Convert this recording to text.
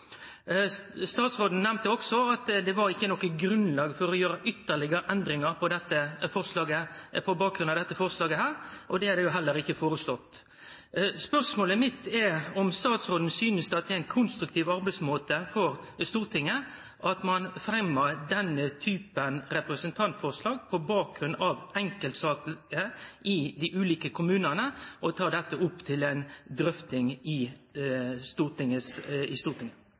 Statsråden nemnde òg at det ikkje var grunnlag for å gjere ytterlegare endringar på bakgrunn av dette forslaget. Det er det heller ikkje foreslått å gjere. Spørsmålet mitt er om statsråden synest at det er ein konstruktiv arbeidsmåte for Stortinget at ein fremmar denne typen representantforslag på bakgrunn av enkeltsaker i dei ulike kommunane, og tek dette opp til ei drøfting i Stortinget. Lat meg fyrst få seia at når det gjeld den konkrete saka i